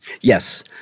Yes